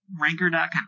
Ranker.com